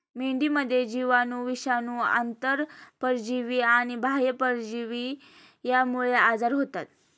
मेंढीमध्ये जीवाणू, विषाणू, आंतरपरजीवी आणि बाह्य परजीवी यांमुळे आजार होतात